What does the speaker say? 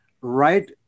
right